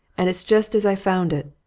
and it's just as i found it.